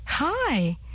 Hi